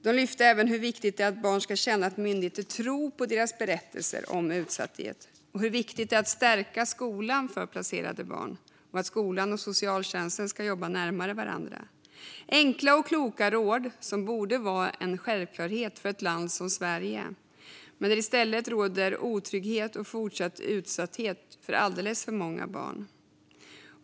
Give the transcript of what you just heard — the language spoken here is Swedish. De lyfte även fram hur viktigt det är att barn ska känna att myndigheter tror på deras berättelser om utsatthet, hur viktigt det är att stärka skolan för placerade barn och att skolan och socialtjänsten ska jobba närmare varandra. Detta är enkla och kloka råd som borde vara en självklarhet för ett land som Sverige, men i stället råder det otrygghet och fortsatt utsatthet för alldeles för många barn.